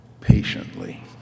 patiently